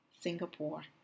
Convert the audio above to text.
Singapore